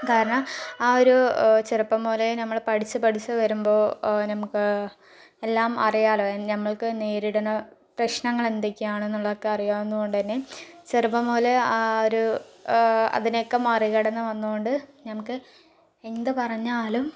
കാരണം ആ ഒരു ചെറുപ്പം മുതലേ നമ്മള് പഠിച്ച് പഠിച്ച് വരുമ്പോൾ നമുക്ക് എല്ലാം അറിയാല്ലോ നമ്മൾക്ക് നേരിടുന്ന പ്രശ്നങ്ങൾ എന്തൊക്കെയാണ് എന്നുള്ളത് ഒക്കെ അറിയാവുന്നതുകൊണ്ടുതന്നെ ചെറുപ്പം മുതലേ ആ ഒരു അതിനെ ഒക്കെ മറികടന്ന് വന്നതുകൊണ്ട് നമുക്ക് എന്ത് പറഞ്ഞാലും